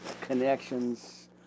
connections